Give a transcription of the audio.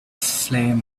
flame